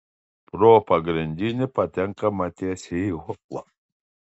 pro pagrindinį patenkama tiesiai į holą